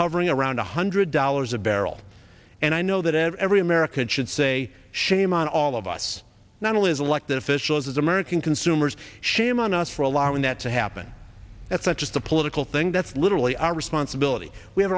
hovering around one hundred dollars a barrel and i know that every american should say shame on all of us not only as elected officials as american consumers shame on us for allowing that to happen at such as the political thing that's literally our responsibility we